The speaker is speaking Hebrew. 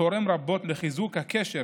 תורם רבות לחיזוק הקשר